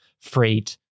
freight